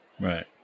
Right